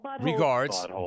regards